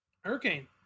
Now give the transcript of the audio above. Hurricane